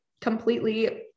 completely